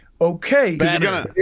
Okay